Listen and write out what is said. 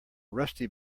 rusty